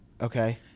okay